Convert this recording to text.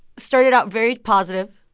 started out very positive.